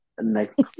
Next